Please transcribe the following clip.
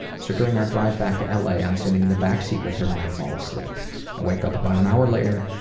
so during our drive back to la i'm sitting in the back seat with her and i fall asleep. i and wake up about an hour later.